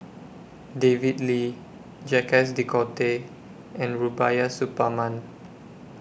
David Lee Jacques De Coutre and Rubiah Suparman